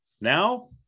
Now